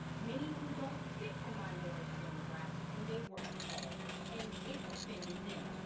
many who don't fit the minority demographic and they were appalled and it offended them.